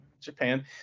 japan